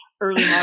Early